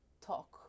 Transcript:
talk